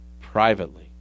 privately